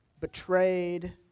betrayed